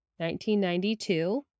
1992